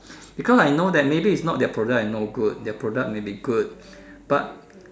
because I know that maybe is not their product is no good their product may be good but